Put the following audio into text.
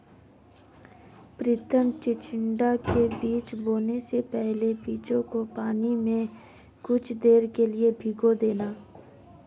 प्रितम चिचिण्डा के बीज बोने से पहले बीजों को पानी में कुछ देर के लिए भिगो देना